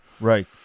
Right